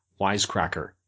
wisecracker